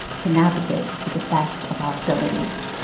to navigate to the best of our abilities.